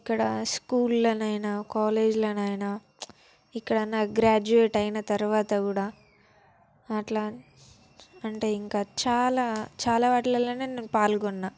ఇక్కడ స్కూల్లోనైనా కాలేజ్లోనైనా ఇక్కడ నా గ్రాడ్యుయేట్ అయిన తర్వాత కూడా అట్లా అంటే ఇంకా చాలా చాలా వాటిల్లో పాల్గొన్నాను